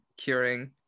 curing